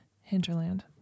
Hinterland